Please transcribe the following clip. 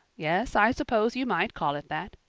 yes, i suppose you might call it that.